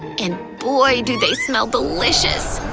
and boy, do they smell delicious!